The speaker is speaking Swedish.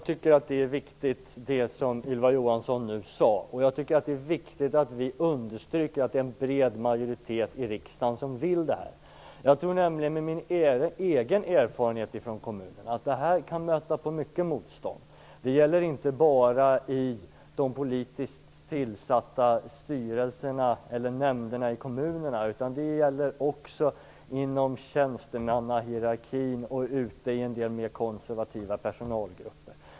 Fru talman! Det som Ylva Johansson nu sade tycker jag är viktigt. Jag tycker att det är viktigt att understryka att det är en bred majoritet i riksdagen som vill detta. Jag tror, med min egen erfarenhet från kommunen, att det här kommer att möta mycket motstånd. Det gäller inte bara i de politiskt tillsatta styrelserna eller nämnderna i kommunerna utan också inom tjänstemannahierarkin och ute i en del mer konservativa personalgrupper.